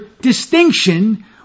distinction